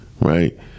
right